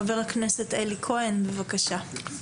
חבר הכנסת אלי כהן, בבקשה.